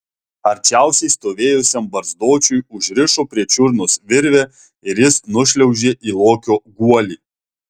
arčiausiai stovėjusiam barzdočiui užrišo prie čiurnos virvę ir jis nušliaužė į lokio guolį